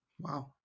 Wow